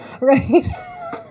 right